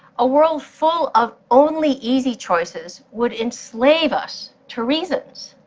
a world full of only easy choices would enslave us to reasons.